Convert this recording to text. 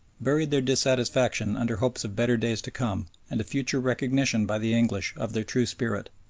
buried their dissatisfaction under hopes of better days to come and a future recognition by the english of their true spirit.